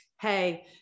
hey